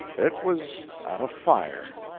it was at a fire.